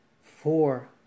four